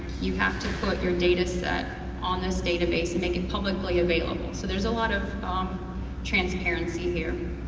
you have to put your data set on this database and make it publicly available. so there's a lot of um transparency here.